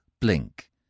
blink